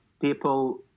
people